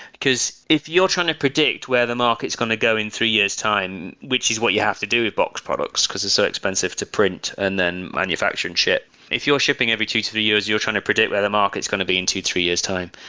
because if you're trying to predict where the market is going to go in three years' time, which is what you have to do with boxed products, because it's so expensive to print and then manufacture and ship. if you're shipping every two to three years, you're trying to predict where the market is going to be in two, three years' time.